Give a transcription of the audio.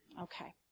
Okay